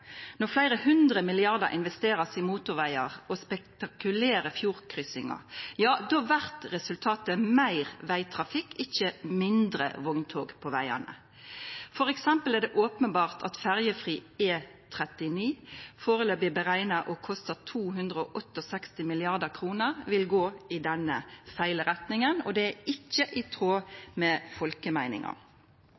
Når fleire hundre milliardar kroner blir investerte i motorvegar og spektakulære fjordkryssingar, blir resultatet meir vegtrafikk og ikkje færre vogntog på vegane. For eksempel er det openbert at ferjefri E39, førebels berekna til å kosta 268 mrd. kr, vil gå i denne gale retninga, og det er ikkje i tråd